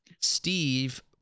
Steve